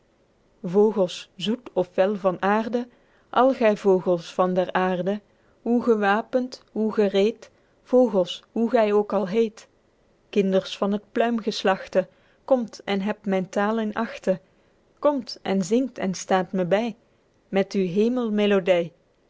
bin'vogels zoet of fel van aerde al gy vogels van der aerde hoe gewapend hoe gereed vogels hoe gy ook al heet kinders van het pluimgeslachte komt en hebt myn tale in achte komt en zingt en staet me by met uw hemelmelody